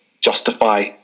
justify